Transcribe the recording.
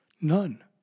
None